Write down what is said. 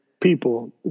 people